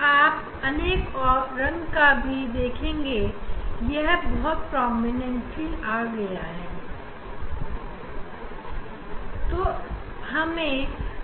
हमें अलग अलग ऑर्डर के लिए यह भिन्न भिन्न रंग दिखाई देते हैं